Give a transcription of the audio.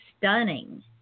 stunning